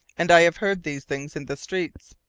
and i have heard these things in the streets.